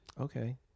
Okay